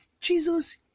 Jesus